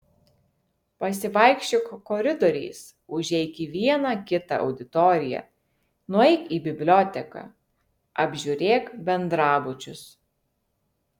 pasivaikščiok koridoriais užeik į vieną kitą auditoriją nueik į biblioteką apžiūrėk bendrabučius